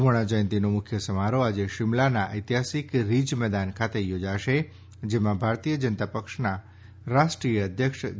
સુવર્ણ જ્યંતિનો મુખ્ય સમારોહ આજે શિમલાના ઐતિહાસિક રિજ મેદાન ખાતે યોજાશે જેમાં ભારતીય જનતા પક્ષના રાષ્ટ્રીય અધ્યક્ષ જે